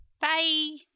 Bye